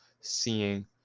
seeing